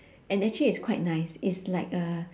and actually it's quite nice it's like a